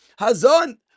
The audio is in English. Hazan